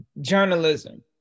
journalism